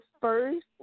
first